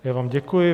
Já vám děkuji.